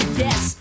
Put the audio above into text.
yes